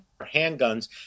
handguns